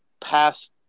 past